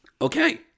Okay